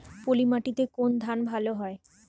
পলিমাটিতে কোন ধান ভালো হয়?